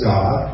God